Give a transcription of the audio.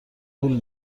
پول